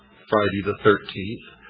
friday the thirteenth,